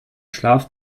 schlaf